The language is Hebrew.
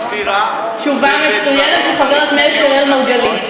תשובה מצוינת של חבר הכנסת אראל מרגלית.